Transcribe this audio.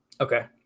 Okay